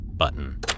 button